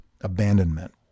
abandonment